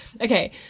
Okay